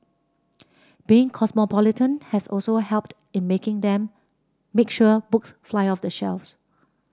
being cosmopolitan has also helped in making them make sure books fly off the shelves